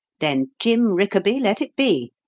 then jim rickaby let it be.